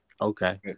Okay